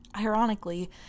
ironically